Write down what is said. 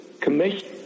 Commission